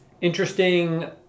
Interesting